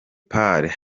part